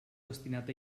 destinat